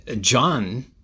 John